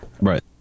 Right